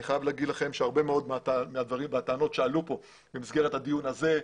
אני חייב לומר לכם שהרבה מאוד מהטענות שעלו כאן במסגרת הדיון הזה,